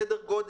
סדר גודל,